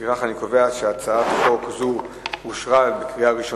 ההצעה להעביר את הצעת חוק לתיקון פקודת התעבורה (מס' 98)